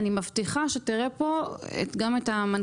אני מבטיחה שתראה פה גם את המנכ"ל.